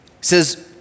says